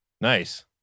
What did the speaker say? Nice